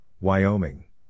Wyoming